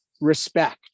respect